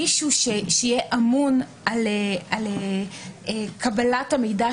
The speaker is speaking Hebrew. מישהו שיהיה אמון על קבלת המידע,